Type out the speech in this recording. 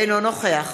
אינו נוכח